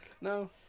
No